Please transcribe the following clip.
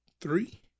three